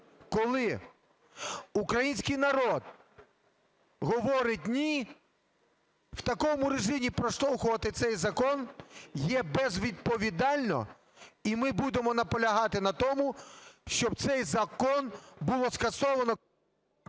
коли український народ говорить "ні", в такому режимі проштовхувати цей закон є безвідповідально. І ми будемо наполягати на тому, щоб цей закон було скасовано…